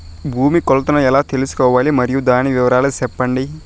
భూమి కొలతలను ఎలా తెల్సుకోవాలి? మరియు దాని వివరాలు సెప్పండి?